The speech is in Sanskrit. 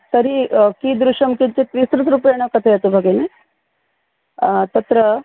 तर्हि कीदृशं किञ्चित् विस्तृतरूपेण कथयतु भगिनी तत्र